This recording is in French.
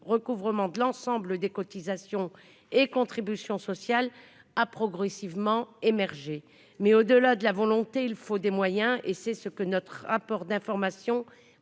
recouvrement de l'ensemble des cotisations et contributions sociales a progressivement émergé. Mais au-delà de la volonté, il faut des moyens. Notre rapport d'information